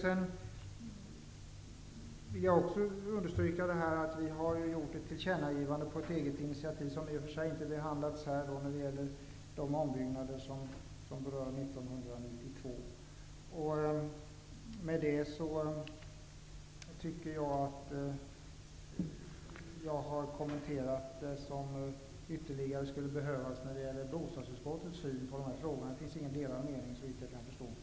Jag vill understryka att vi har gjort ett tillkännagivande, på eget initiativ - som i och för sig inte behandlas här - som gäller ombyggnader 1992. Därmed tycker jag att jag har kommenterat det som ytterligare behöver tas upp när det gäller bostadsutskottets syn på de här frågorna. Det finns inga delade meningar, såvitt jag kan förstå.